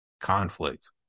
conflict